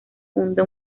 funda